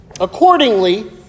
Accordingly